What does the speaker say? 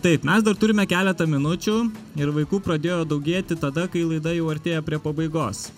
taip mes dar turime keletą minučių ir vaikų pradėjo daugėti tada kai laida jau artėja prie pabaigos